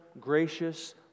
gracious